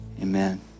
amen